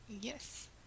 yes